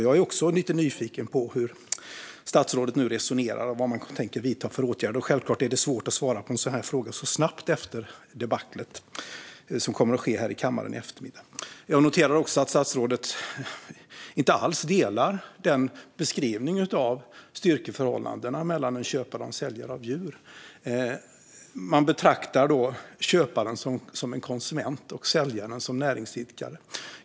Jag är lite nyfiken på hur statsrådet nu resonerar och vad man tänker vidta för åtgärder. Självklart är det svårt att svara på en sådan fråga så snabbt efter debaclet som kommer att ske här i kammaren i eftermiddag. Jag noterar också att statsrådet inte alls delar beskrivningen av styrkeförhållandena mellan en köpare och en säljare av djur. Man betraktar köparen som en konsument och säljaren som en näringsidkare.